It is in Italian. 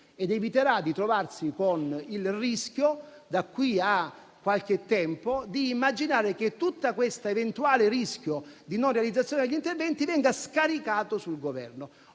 ed eviterà di trovarsi nella condizione, da qui a qualche tempo, di immaginare che tutto l'eventuale rischio di mancata realizzazione degli interventi venga scaricato sul Governo.